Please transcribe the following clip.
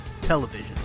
television